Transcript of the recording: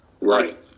Right